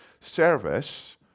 service